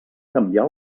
canviar